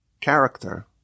character